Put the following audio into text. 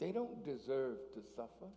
they don't deserve to suffer